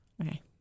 Okay